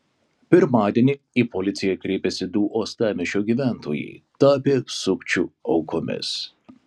pirmadienį į policiją kreipėsi du uostamiesčio gyventojai tapę sukčių aukomis